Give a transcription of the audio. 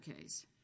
case